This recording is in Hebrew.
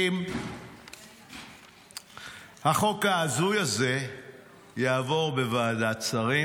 אם החוק ההזוי הזה יעבור בוועדת שרים.